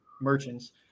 merchants